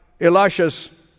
Elisha's